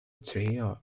trio